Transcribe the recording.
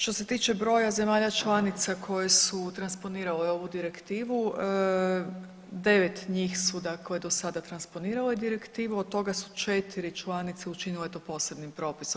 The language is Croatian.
Što se tiče broja zemlja članica koje su transponirale ovu direktivu 9 njih su dakle do sada transponirale direktivu od toga su 4 članice učinile to posebnim propisom.